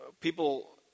People